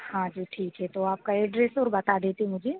हाँ जी ठीक है तो आपका एड्रेस और बता देते मुझे